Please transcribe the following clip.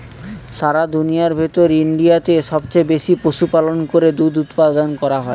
সারা দুনিয়ার ভেতর ইন্ডিয়াতে সবচে বেশি পশুপালনের থেকে দুধ উপাদান হয়